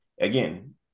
again